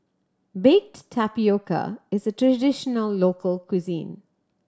baked tapioca is a traditional local cuisine